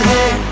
Hey